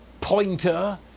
pointer